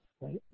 right